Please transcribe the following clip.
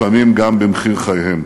לפעמים גם במחיר חייהם.